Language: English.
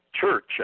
church